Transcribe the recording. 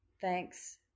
Thanks